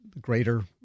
greater